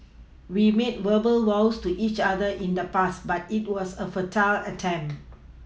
we made verbal vows to each other in the past but it was a futile attempt